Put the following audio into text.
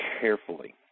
carefully